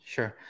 Sure